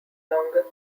longer